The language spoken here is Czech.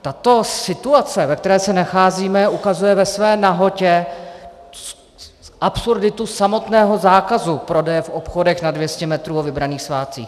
Tato situace, ve které se nacházíme, ukazuje ve své nahotě absurditu samotného zákazu prodeje v obchodech nad 200 metrů ve vybraných svátcích.